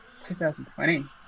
2020